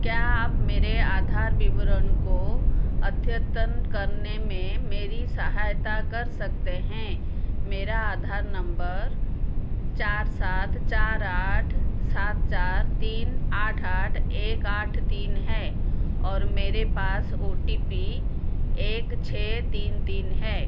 क्या आप मेरे आधार विवरण को अद्यतन करने में मेरी सहायता कर सकते हैं मेरा आधार नंबर चार सात चार आठ सात चार तीन आठ आठ एक आठ तीन है और मेरे पास ओ टी पी एक छः तीन तीन है